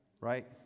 right